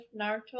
naruto